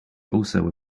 also